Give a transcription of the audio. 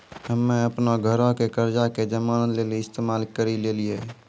हम्मे अपनो घरो के कर्जा के जमानत लेली इस्तेमाल करि लेलियै